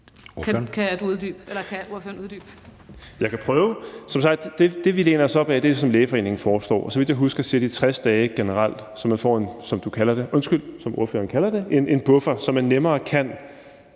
Kan ordføreren uddybe